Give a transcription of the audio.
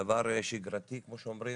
דבר שיגרתי כמו שאומרים,